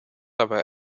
dabei